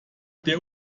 der